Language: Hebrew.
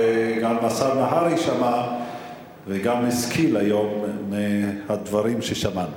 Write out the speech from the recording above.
וגם השר נהרי שמע וגם השכיל היום מהדברים ששמענו.